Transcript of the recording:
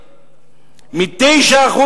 מ-9%,